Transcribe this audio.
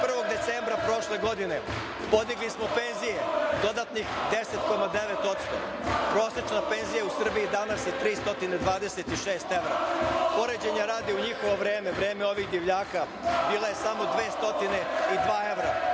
1. decembra prošle godine podigli smo penzije dodatnih 10,9%. Prosečna penzija u Srbiji danas je 326 evra. Poređenja radi, u njihovo vreme, vreme ovih divljaka, bila je samo 202 evra.